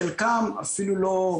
בחלקם אפילו לא פירורים מזעריים.